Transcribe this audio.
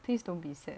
please don't be sad